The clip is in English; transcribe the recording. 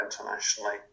internationally